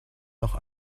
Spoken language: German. noch